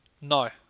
No